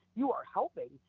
you are helping,